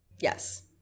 Yes